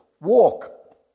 Walk